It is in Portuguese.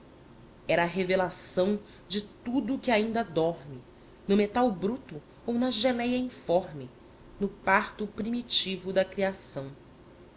era a revelação de tudo que ainda dorme no metal bruto ou na geléia informe no parto primitivo da criação